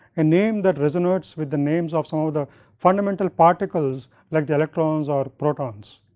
a name that resonates with the names of some of the fundamental particles, like the electrons or protons.